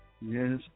Yes